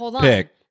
pick